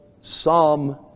Psalm